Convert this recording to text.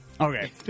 Okay